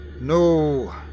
No